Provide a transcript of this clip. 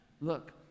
Look